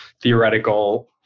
theoretical